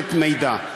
לתקשורת מידע.